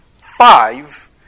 Five